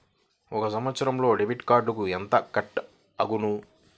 ఒక సంవత్సరంలో డెబిట్ కార్డుకు ఎంత కట్ అగును?